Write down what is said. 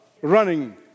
running